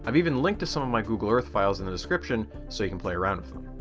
um even linked to some of my google earth files in the description so you can play around with them.